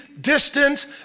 distant